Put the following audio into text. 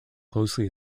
closely